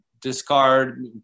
discard